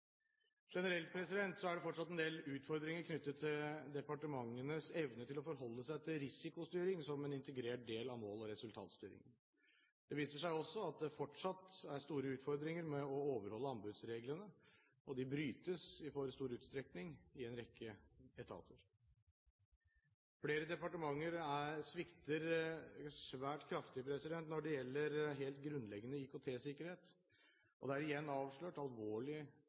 Generelt er det fortsatt en del utfordringer knyttet til departementenes evne til å forholde seg til risikostyring som en integrert del av mål- og resultatstyringen. Det viser seg også at det fortsatt er store utfordringer med å overholde anbudsreglene, og de brytes i for stor utstrekning i en rekke etater. Flere departementer svikter svært kraftig når det gjelder helt grunnleggende IKT-sikkerhet, og det er igjen avslørt alvorlig